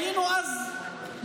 היינו אז בפינה.